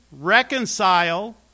reconcile